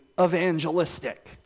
evangelistic